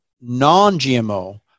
non-GMO